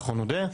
אנחנו נודה,